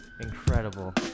Incredible